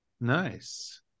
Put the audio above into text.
Nice